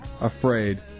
afraid